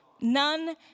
None